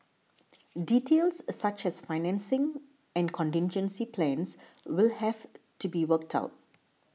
details such as financing and contingency plans will have to be worked out